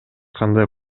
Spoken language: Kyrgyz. кандай